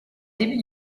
début